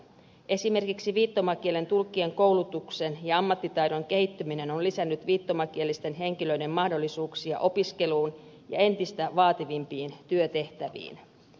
esimerkiksi viittomakielen tulkkien koulutuksen ja ammattitaidon kehittäminen on lisännyt viittomakielisten henkilöiden mahdollisuuksia opiskeluun ja entistä vaativampiin työtehtäviin